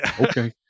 Okay